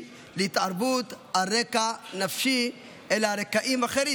להתערבות על רקע נפשי אלא על רקע אחר,